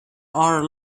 are